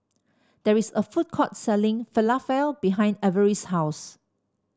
there is a food court selling Falafel behind Ivory's house